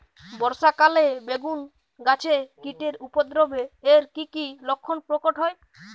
বর্ষা কালে বেগুন গাছে কীটের উপদ্রবে এর কী কী লক্ষণ প্রকট হয়?